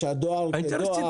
יש את הדואר כדואר,